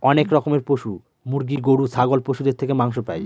অনেক রকমের পশু মুরগি, গরু, ছাগল পশুদের থেকে মাংস পাই